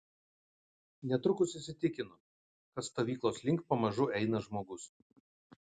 netrukus įsitikino kad stovyklos link pamažu eina žmogus